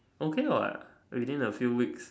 okay what within a few weeks